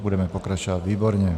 Budeme pokračovat, výborně.